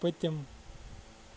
پٔتِم